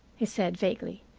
he said vaguely.